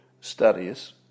studies